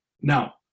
Now